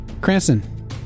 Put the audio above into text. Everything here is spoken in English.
Cranston